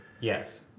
Yes